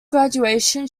graduation